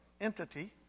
entity